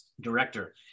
director